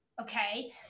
okay